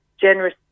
generous